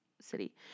city